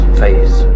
face